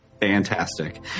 fantastic